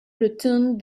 returned